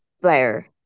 Flair